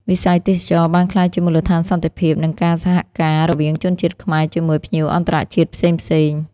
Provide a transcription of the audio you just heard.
វិស័យទេសចរណ៍បានក្លាយជាមូលដ្ឋានសន្តិភាព និងការសហការណ៍រវាងជនជាតិខ្មែរជាមួយភ្ញៀវអន្តរជាតិផ្សេងៗ។